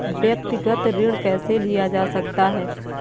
व्यक्तिगत ऋण कैसे लिया जा सकता है?